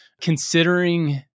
considering